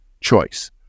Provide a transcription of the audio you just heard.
choice